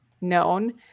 known